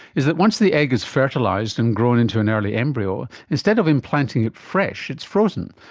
is that once the egg is fertilised and grown into an early embryo, instead of implanting it fresh, it's frozen.